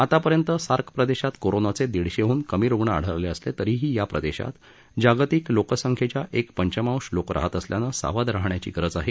आतापर्यंत सार्क प्रदेशात कोरोनाचे दीडशेहन कमी रूग्ण आढळले असले तरीही या प्रदेशात जागतिक लोकसंख्येच्या एक पंचमांश लोक रहात असल्यानं सावध राहण्याची गरज आहे